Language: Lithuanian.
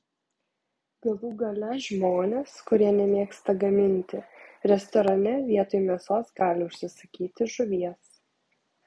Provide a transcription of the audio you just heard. galų gale žmonės kurie nemėgsta gaminti restorane vietoj mėsos gali užsisakyti žuvies